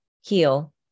heal